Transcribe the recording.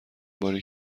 باری